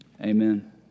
Amen